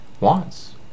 wants